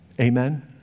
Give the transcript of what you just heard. Amen